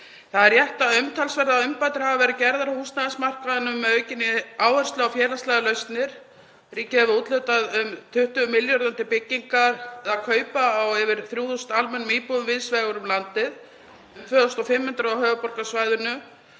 Það er rétt að umtalsverðar umbætur hafi verið gerðar á húsnæðismarkaðnum með aukinni áherslu á félagslegar lausnir. Ríkið hefur úthlutað um 20 milljörðum til byggingar eða kaupa á yfir 3.000 almennum íbúðum víðs vegar um landið, um 2.500 á höfuðborgarsvæðinu